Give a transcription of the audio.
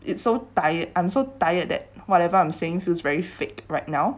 it's so tired I'm so tired that whatever I'm saying feels very fake right now